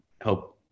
help